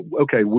okay